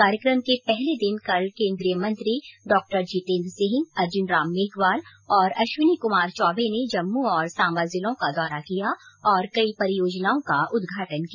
कार्यक्रम के पहले दिन कल केंद्रीय मंत्री डाक्टर जितेन्द्र सिंह अर्जुन राम मेघवाल और अश्वनी क्मार चौबे ने जम्मू और सांबा जिलों का दौरा किया और कई परियोजनाओं का उदघाटन किया